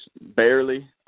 barely